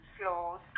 floors